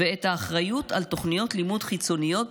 ואת האחריות על תוכניות לימוד חיצוניות